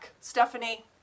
Stephanie